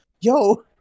yo